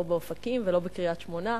לא באופקים ולא בקריית-שמונה.